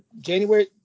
January